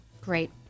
Great